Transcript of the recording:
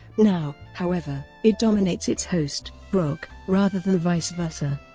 now, however, it dominates its host, brock, rather than vice versa.